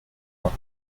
ans